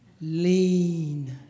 lean